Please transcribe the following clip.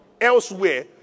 elsewhere